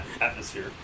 atmosphere